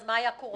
אז מה היה קורה?